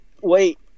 Wait